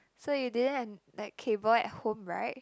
so you didn't have like cable at home right